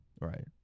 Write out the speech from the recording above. Right